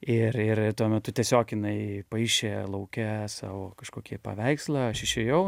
ir ir tuo metu tiesiog jinai paišė lauke savo kažkokį paveikslą aš išėjau